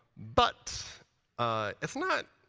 but it's not